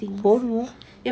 போடுவா:poduva